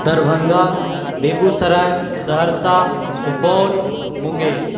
Darbhanga Begusarai Saharsa Supaul Munger